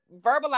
verbalize